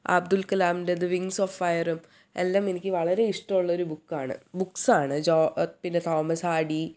അബ്ദുൾ കലാമിൻ്റെ the wings of ഫയറും എല്ലാം എനിക്ക് വളരെ ഇഷ്ടമുള്ളൊരു ബുക്കാണ് ബുക്സാണ് ജോ പിന്നെ തോമസ് ആർ ഡി